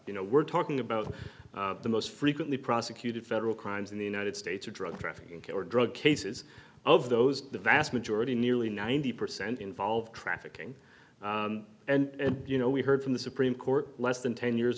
you know we're talking about the most frequently prosecuted federal crimes in the united states for drug trafficking or drug cases of those the vast majority nearly ninety percent involve trafficking and you know we heard from the supreme court less than ten years